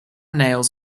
nails